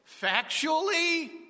factually